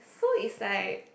so it's like